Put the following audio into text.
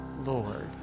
Lord